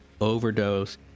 overdose